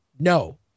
No